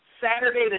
Saturday